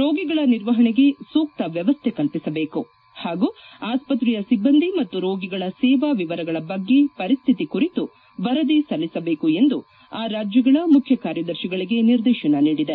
ರೋಗಿಗಳ ನಿರ್ವಹಣೆಗೆ ಸೂಕ್ತ ವ್ಯವಸ್ಥೆ ಕಲ್ಪಿಸಬೇಕು ಹಾಗೂ ಆಸ್ಪತ್ರೆಯ ಸಿಬ್ಬಂದಿ ಮತ್ತು ರೋಗಿಗಳ ಸೇವಾ ವಿವರಗಳ ಬಗ್ಗೆ ಪರಿಸ್ವಿತಿ ಕುರಿತು ವರದಿ ಸಲ್ಲಿಸಬೇಕು ಎಂದು ಆ ರಾಜ್ಯಗಳ ಮುಖ್ಯ ಕಾರ್ಯದರ್ಶಿಗಳಿಗೆ ನಿರ್ದೇಶನ ನೀಡಿದೆ